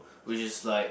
which is like